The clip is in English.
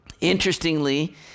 Interestingly